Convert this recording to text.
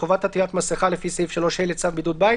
חובת עטיית מסיכה לפי סעיף 3ה לצו בידוד בית